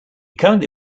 currently